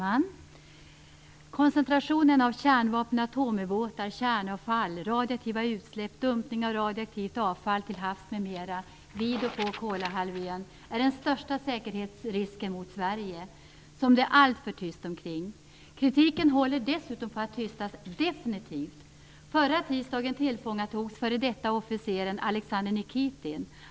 Fru talman! Koncentrationen av kärnvapen, atomubåtar, kärnavfall och radioaktiva utsläpp och dumpning av radioaktivt avfall till havs vid och på Kolahalvön utgör den största säkerhetsrisken mot Sverige. Det är en säkerhetsrisk som det är alltför tyst omkring. Kritiken håller dessutom på att definitivt tystas. Förra tisdagen tillfångatogs den f.d. officeren Alexandr Nikitin.